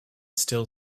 still